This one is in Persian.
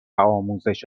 آموزش